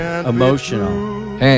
Emotional